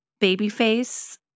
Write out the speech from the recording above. Babyface